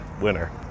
winner